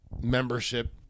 membership